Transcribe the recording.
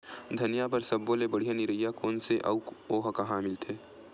धनिया बर सब्बो ले बढ़िया निरैया कोन सा हे आऊ ओहा कहां मिलथे?